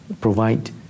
provide